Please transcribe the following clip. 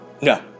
No